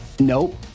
Nope